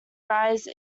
rise